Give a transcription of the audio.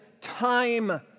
time